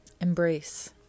embrace